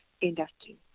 industry